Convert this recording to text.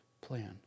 plan